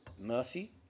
Mercy